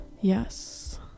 Yes